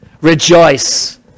Rejoice